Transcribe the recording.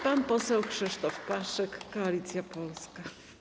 Pan poseł Krzysztof Paszyk, Koalicja Polska.